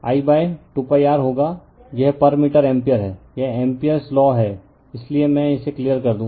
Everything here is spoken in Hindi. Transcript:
इसलिए H यह I 2π r होगा यह पर मीटर एम्पीयर है यह एम्पीयरस लॉAmpere's law है इसलिए मैं इसे क्लियर कर दूं